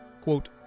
quote